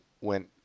went